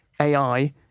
AI